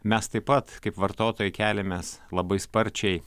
mes taip pat kaip vartotojai keliamės labai sparčiai